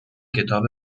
کتاب